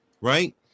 Right